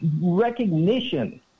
recognition